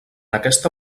aquesta